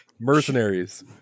Mercenaries